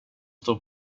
står